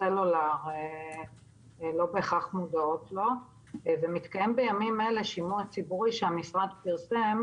הסלולר לא בהכרח מודעות לו ומתקיים בימים אלה שימוע ציבורי שהמשרד פרסם,